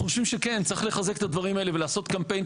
אנחנו חושבים שצריך לחזק את הדברים האלה ולעשות קמפיין,